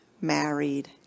married